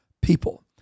people